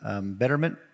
betterment